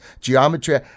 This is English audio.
geometry